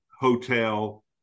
hotel